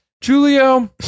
julio